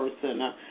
person